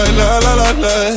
la-la-la-la